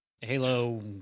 Halo